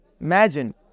Imagine